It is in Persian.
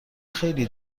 خیلی